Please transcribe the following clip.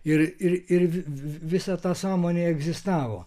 ir ir ir visa ta sąmonėje egzistavo